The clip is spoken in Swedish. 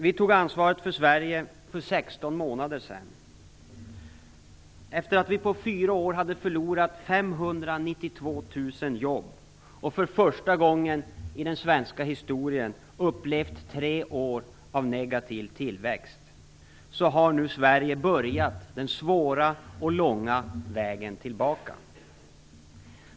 Vi tog över ansvaret för Sverige för 16 månader sedan. Efter att vi på fyra år hade förlorat 592 000 jobb och för första gången i den svenska historien upplevt tre år av negativ tillväxt har Sverige nu börjat den svåra och långa vägen tillbaka.